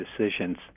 decisions